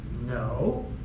No